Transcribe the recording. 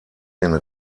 den